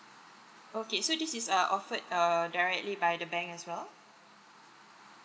okay so this is uh offered err directly by the bank as well